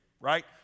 right